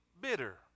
bitter